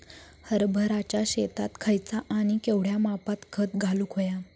हरभराच्या शेतात खयचा आणि केवढया मापात खत घालुक व्हया?